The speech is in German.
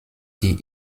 die